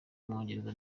w’umwongereza